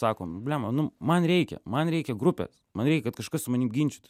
sako nu blemba nu man reikia man reikia grupės man reikia kad kažkas su manim ginčytųs